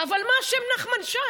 אבל מה אשם נחמן שי?